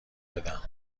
بدم